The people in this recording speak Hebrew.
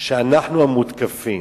שאנחנו המותקפים.